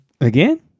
Again